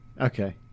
Okay